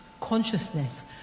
consciousness